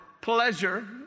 pleasure